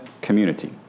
community